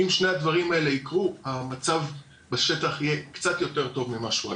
אם שני הדברים האלה יקרו - המצב בשטח יהיה קצת יותר טוב ממה שהוא היום.